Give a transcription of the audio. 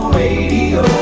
radio